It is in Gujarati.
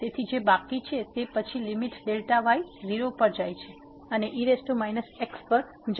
તેથી જે બાકી છે તે પછી લીમીટ y 0 પર જાય છે અને e x પર જાઓ